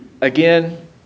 Again